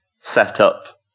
setup